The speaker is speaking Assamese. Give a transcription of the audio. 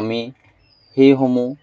আমি সেইসমূহ